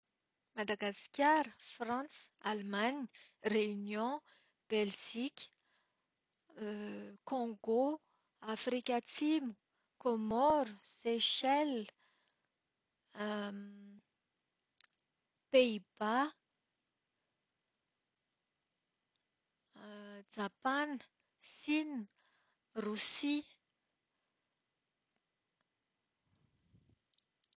Madagasikara, Frantsa, Alemana, Reunion, Belzika, Kongo, Afrika Atsimo, Kaomoro, Seychelles, Pays-Bas, Japana, Sina, Rosia.